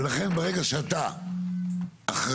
ולכן ברגע שאתה אחראי